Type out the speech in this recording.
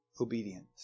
obedience